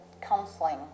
counseling